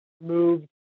Moved